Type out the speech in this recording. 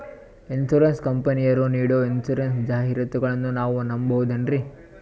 Insurance ಕಂಪನಿಯರು ನೀಡೋ insurance ಜಾಹಿರಾತುಗಳನ್ನು ನಾವು ನಂಬಹುದೇನ್ರಿ?